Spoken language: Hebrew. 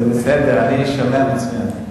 יש אפשרות אחת: